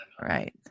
Right